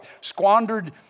Squandered